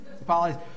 Apologies